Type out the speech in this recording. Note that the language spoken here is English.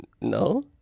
No